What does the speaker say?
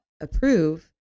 approve